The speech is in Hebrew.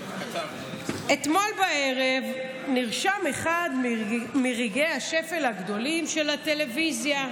אתמול בערב נרשם אחד מרגעי השפל הגדולים של הטלוויזיה.